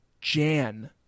Jan